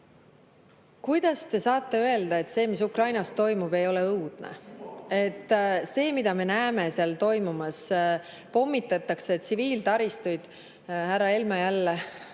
Kuidas te saate öelda, et see, mis Ukrainas toimub, ei ole õudne? Et see, mida me näeme seal toimumas, kui pommitatakse tsiviiltaristuid ... Härra Helme